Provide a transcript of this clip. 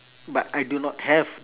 but I do not have